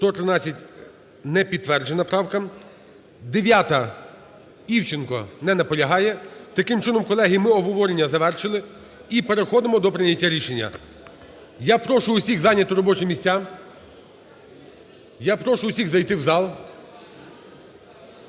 113. Не підтверджена правка. 9-а, Івченко. Не наполягає. Таким чином, колеги, ми обговорення завершили і переходимо до прийняття рішення. Я прошу всіх зайняти робочі